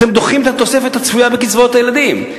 אתם דוחים את התוספת הצפויה בקצבאות הילדים.